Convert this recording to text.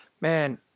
man